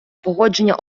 погодження